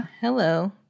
Hello